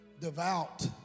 Devout